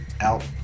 out